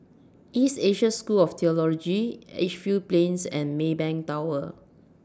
East Asia School of Theology Edgefield Plains and Maybank Tower